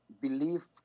belief